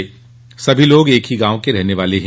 ये सभी लोग एक ही गांव के रहने वाले हैं